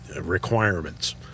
requirements